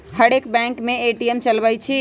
हरेक bank ATM चलबइ छइ